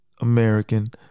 American